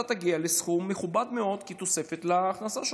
אתה תגיע לסכום מכובד מאוד תוספת להכנסה שלך.